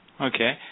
Okay